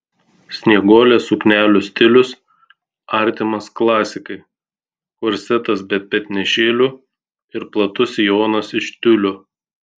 snieguolės suknelių stilius artimas klasikai korsetas be petnešėlių ir platus sijonas iš tiulio